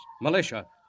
militia